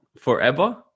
forever